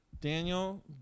Daniel